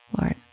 Lord